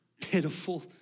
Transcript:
pitiful